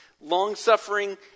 long-suffering